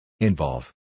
Involve